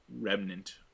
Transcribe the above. remnant